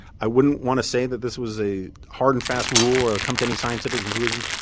i wouldn't want to say that this was a hard and fast rule or come to any scientific conclusions.